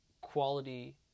quality